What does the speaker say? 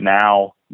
now